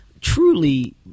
Truly